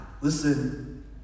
listen